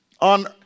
on